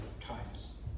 times